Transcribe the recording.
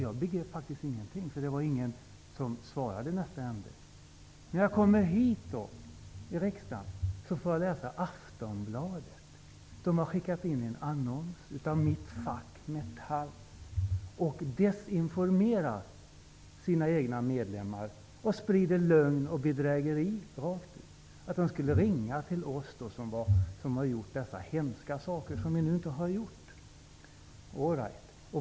Jag begrep ingenting, därför att ingen svarade mig i andra ändan. När jag kom hit till riksdagen fick jag läsa Aftonbladet. Mitt fackförbund Metall hade satt in en annons där man desinformerade sina egna medlemmar, spred lögner och uppmanade folk att ringa till oss som har gjort dessa hemska saker, som vi ju inte har gjort.